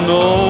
no